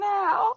now